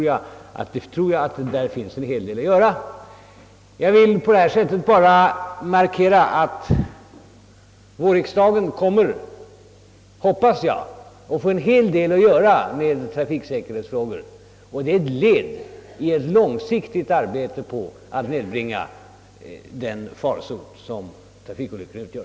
Jag vill på detta sätt bara markera att jag hoppas att vårriksdagen kommer att få en hel del att göra med trafiksäkerhetsfrågor som ett led i ett långsiktigt arbete på att hejda den farsot som trafikolyckorna utgör.